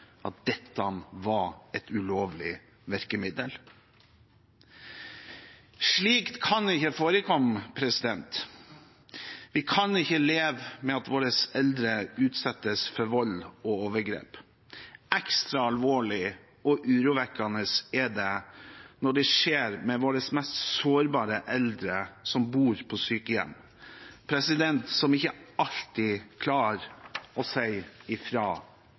at dette var et ulovlig virkemiddel. Slikt kan ikke forekomme. Vi kan ikke leve med at våre eldre utsettes for vold og overgrep. Ekstra alvorlig og urovekkende er det når det skjer med våre mest sårbare eldre, som bor på sykehjem, og som ikke alltid klarer å si